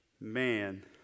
man